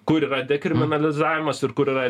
kur yra dekriminalizavimas ir kur yra